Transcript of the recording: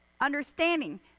understanding